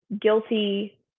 guilty